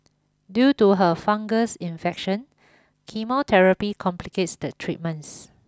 due to her fungus infection chemotherapy complicates the treatments